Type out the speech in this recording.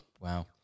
wow